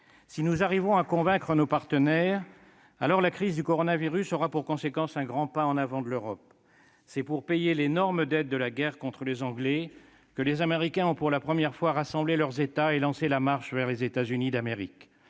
Si nous parvenons à convaincre nos partenaires, alors la crise du coronavirus aura pour conséquence un grand pas en avant de l'Europe. C'est pour payer l'énorme dette de la guerre contre les Anglais que les Américains ont, pour la première fois, rassemblé leurs États et lancé la marche vers les États-Unis d'Amérique